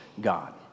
God